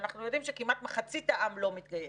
שאנחנו יודעים שכמעט מחצית העם לא מתגייס,